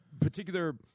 particular